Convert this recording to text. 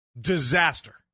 disaster